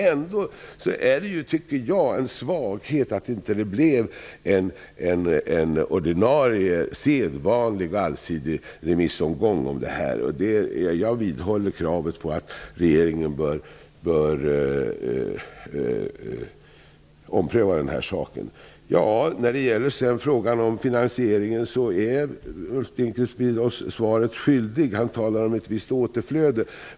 Ändå tycker jag att det är en svaghet att det inte blev en ordinarie, sedvanlig och allsidig remissomgång här. Jag vidhåller alltså mitt krav på denna punkt och menar att regeringen bör ompröva detta. När det gäller frågan om finansieringen är Ulf Dinkelspiel oss svaret skyldig. Han talar om ett visst återflöde.